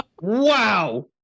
Wow